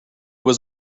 was